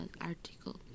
article